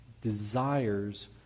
desires